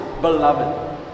Beloved